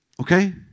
Okay